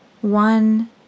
One